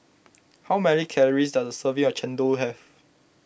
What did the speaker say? how many calories does a serving of Chendol have